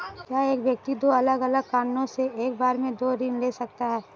क्या एक व्यक्ति दो अलग अलग कारणों से एक बार में दो ऋण ले सकता है?